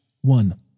one